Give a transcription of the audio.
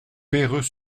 perreux